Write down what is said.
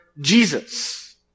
Jesus